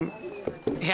אני מתכבד לפתוח את הישיבה.